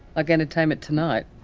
like entertainment tonight?